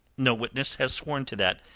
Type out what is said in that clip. no witness has sworn to that,